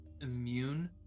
immune